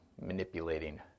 manipulating